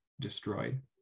destroyed